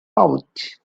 pouch